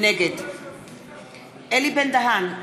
נגד אלי בן-דהן,